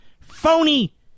phony